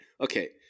Okay